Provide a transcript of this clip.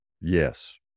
yes